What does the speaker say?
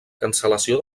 cancel·lació